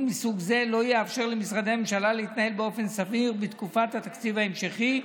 מסוג זה לא יאפשר למשרדי הממשלה להתנהל באופן סביר בתקופת התקציב ההמשכי.